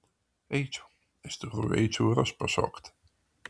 eičiau iš tikrųjų eičiau ir aš pašokti